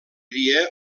dia